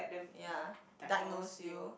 ya diagnose you